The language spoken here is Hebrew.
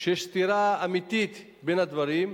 שיש סתירה אמיתית בין הדברים,